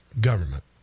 government